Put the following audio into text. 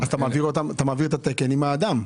אתה מעביר את התקן עם האדם.